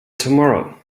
tomorrow